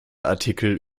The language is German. artikel